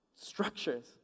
structures